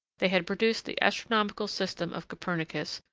they had produced the astronomical system of copernicus,